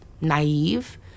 naive